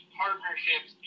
partnerships